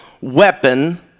weapon